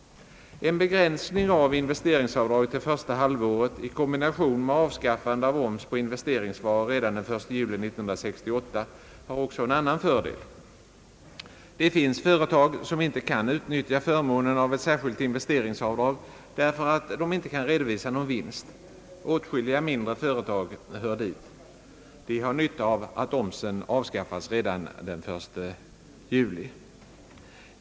En begränsning av investeringsavdraget till första halvåret i kombination med avskaffandet av oms på investeringsvaror redan den 1 juli 1968 har också en annan fördel. Det finns företag som inte kan utnyttja förmånen av ett särskilt investeringsavdrag, därför att de inte kan redovisa någon vinst. Åtskilliga mindre företag hör dit. De har nytta av att omsen avskaffas redan den 1 juli.